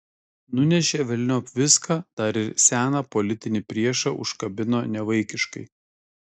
nunešė velniop viską dar ir seną politinį priešą užkabino nevaikiškai